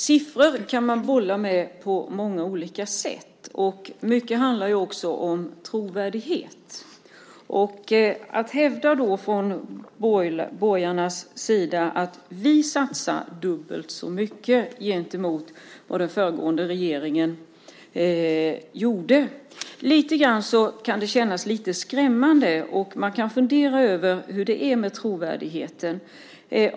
Fru talman! Man kan bolla med siffror på många olika sätt. Mycket handlar också om trovärdighet. De borgerliga hävdar att de satsar dubbelt så mycket gentemot vad den föregående regeringen har gjort. Det kan kännas lite skrämmande. Man kan fundera över hur det är med trovärdigheten.